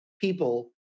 people